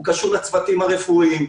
הוא קשור לצוותים הרפואיים,